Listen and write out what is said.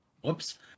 Whoops